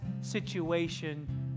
situation